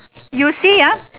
you see ah